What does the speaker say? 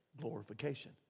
Glorification